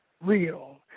real